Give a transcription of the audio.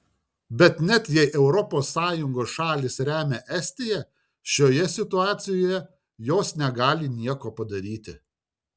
bet net jei europos sąjungos šalys remia estiją šioje situacijoje jos negali nieko padaryti